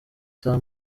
saa